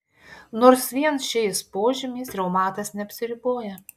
nors vien šiais požymiais reumatas neapsiriboja